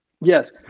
Yes